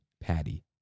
patty